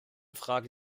frage